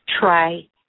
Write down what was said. Try